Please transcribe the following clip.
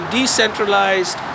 decentralized